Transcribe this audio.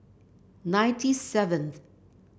ninety seventh